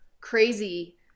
crazy